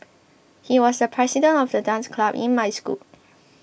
he was the president of the dance club in my school